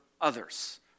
others